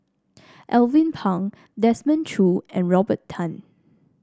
Alvin Pang Desmond Choo and Robert Tan